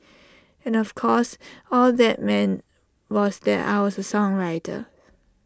and of course all that meant was that I was A songwriter